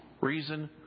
Reason